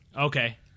Okay